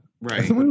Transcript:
Right